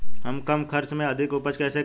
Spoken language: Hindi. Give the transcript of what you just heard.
हम कम खर्च में अधिक उपज कैसे करें?